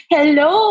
Hello